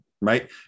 right